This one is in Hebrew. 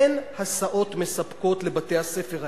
אין הסעות מספקות לבתי-הספר האלה.